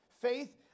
Faith